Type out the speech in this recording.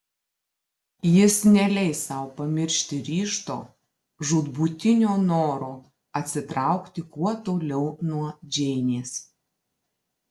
jis neleis sau pamiršti ryžto žūtbūtinio noro atsitraukti kuo toliau nuo džeinės